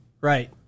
Right